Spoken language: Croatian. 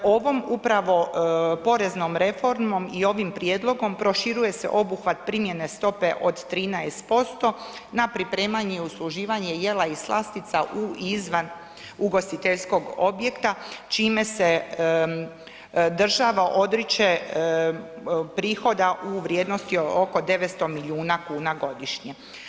Ovom upravo poreznom reformom i ovim prijedlogom proširuje se obuhvat primjene stope od 13% na pripremanje i usluživanje jela i slastica u i izvan ugostiteljskog obrta čime se država odriče prihoda u vrijednosti oko 900 milijuna kuna godišnje.